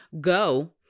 go